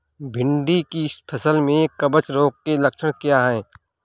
भिंडी की फसल में कवक रोग के लक्षण क्या है?